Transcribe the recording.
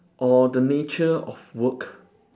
or the nature of work